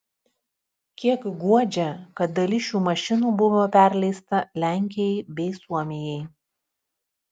kiek guodžia kad dalis šių mašinų buvo perleista lenkijai bei suomijai